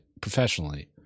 professionally